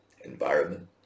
environment